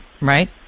right